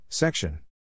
Section